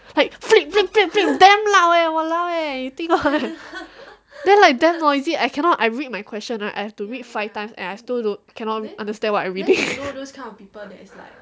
like flip flip flip flip damn loud eh walau eh you think what then like damn noisy I cannot I read my question I have to read five times and I still don't cannot understand